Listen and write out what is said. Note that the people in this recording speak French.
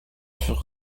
furent